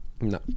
No